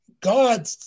God